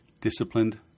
Disciplined